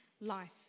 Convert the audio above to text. life